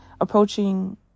approaching